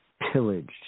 pillaged